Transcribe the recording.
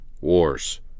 wars